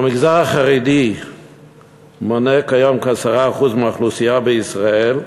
המגזר החרדי מונה כיום כ-10% מהאוכלוסייה בישראל,